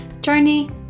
journey